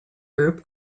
group